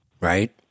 Right